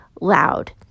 loud